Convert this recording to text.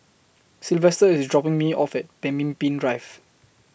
Silvester IS dropping Me off At Pemimpin Drive